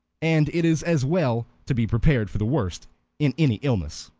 and it is as well to be prepared for the worst in any illness.